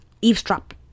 Eavesdrop